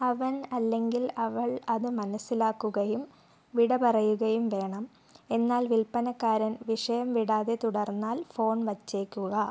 അവൻ അല്ലെങ്കിൽ അവൾ അത് മനസ്സിലാക്കുകയും വിട പറയുകയും വേണം എന്നാൽ വിൽപ്പനക്കാരൻ വിഷയം വിടാതെ തുടര്ന്നാല് ഫോണ് വച്ചേക്കുക